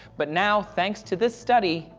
but now thanks to this study,